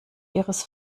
ihres